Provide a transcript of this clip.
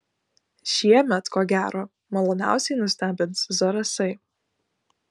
šiemet ko gero maloniausiai nustebins zarasai